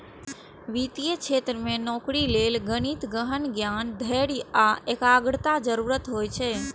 वित्तीय क्षेत्र मे नौकरी लेल गणितक गहन ज्ञान, धैर्य आ एकाग्रताक जरूरत होइ छै